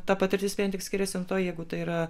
ta patirtis vien tik skiriasi nuo to jeigu tai yra